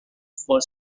for